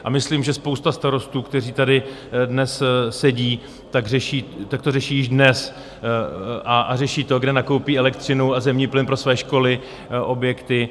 A myslím, že spousta starostů, kteří tady dnes sedí, tak to řeší již dnes, a řeší to, kde nakoupí elektřinu a zemní plyn pro své školy, objekty.